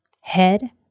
head